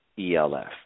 ELF